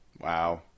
Wow